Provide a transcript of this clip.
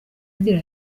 agira